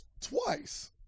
twice